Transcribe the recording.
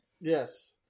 Yes